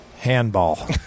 handball